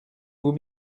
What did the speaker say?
vous